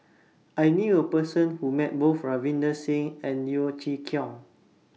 I knew A Person Who Met Both Ravinder Singh and Yeo Chee Kiong